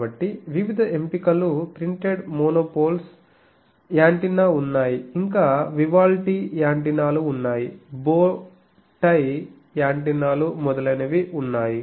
కాబట్టి వివిధ ఎంపికలు printed monopoles rugby ball antenna ఉన్నాయి ఇంకా వివాల్డి యాంటెన్నాలు ఉన్నాయి బో టై యాంటెన్నాలు మొదలైనవి ఉన్నాయి